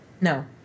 No